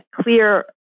clear